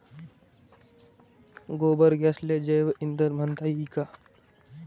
गोबर गॅसले जैवईंधन म्हनता ई का?